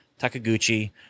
Takaguchi